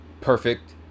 perfect